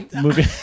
movie